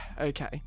Okay